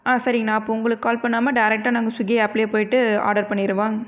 ஆ சரிங்கணா அப்போது உங்களுக்கு கால் பண்ணாமல் டேரக்டாக நாங்கள் சுகி ஆப்லயே போய்ட்டு ஆடர் பண்ணிடவா